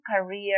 career